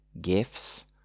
gifts